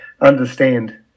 understand